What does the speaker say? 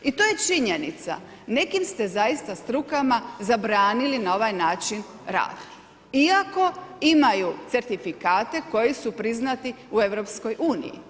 I to je činjenica, nekim ste zaista strukama zabranili na ovaj način radi ako imaju certifikate koji su priznati u EU-u.